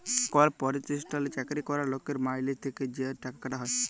call পরতিষ্ঠালে চাকরি ক্যরা লকের মাইলে থ্যাকে যা টাকা কাটা হ্যয়